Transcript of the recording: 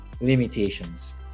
limitations